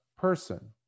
person